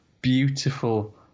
beautiful